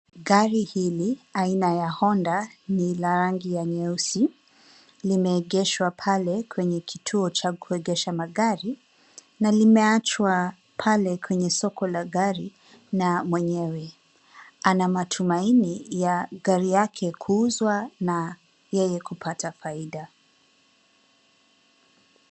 Gari hili aina ya Honda ni la rangi ya nyeusi limeegeshwa pale kwenye kituo cha kuegesha magari na limeachwa pale kwenye soko la gari na mwenyewe. Ana matumaini ya gari yake kuuzwa na yeye kupata faida.